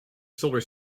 solar